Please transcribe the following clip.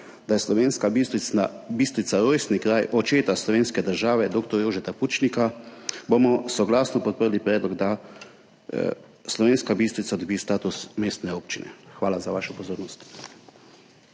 da je Slovenska Bistrica rojstni kraj očeta slovenske države, dr. Jožeta Pučnika, bomo soglasno podprli predlog, da Slovenska Bistrica dobi status mestne občine. Hvala za vašo pozornost.